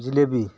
ᱡᱷᱤᱞᱟᱹᱯᱤ